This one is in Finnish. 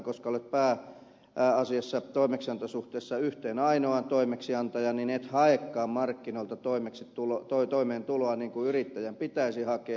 koska olet pääasiassa toimeksiantosuhteessa yhteen ainoaan toimeksiantajaan niin et haekaan markkinoilta toimeentuloa niin kuin yrittäjän pitäisi hakea